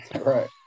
Right